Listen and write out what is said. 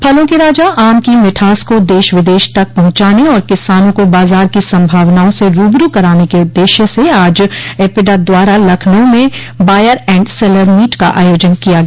फलों के राजा आम की मिठास को देश विदेश तक पहुंचाने और किसानों को बाजार की संभावनाओं से रूबरू कराने के उद्देश्य से आज एपिडा द्वारा लखनऊ में बायर एण्ड सेलर मीट का आयोजन किया गया